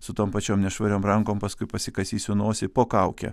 su tom pačiom nešvariom rankom paskui pasikasysiu nosį po kauke